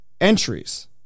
entries